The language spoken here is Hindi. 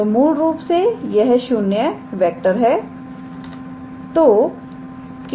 तोमूल रूप से यह 0 है